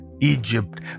Egypt